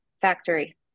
factory